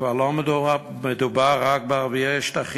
כבר לא מדובר רק בערביי השטחים,